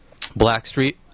Blackstreet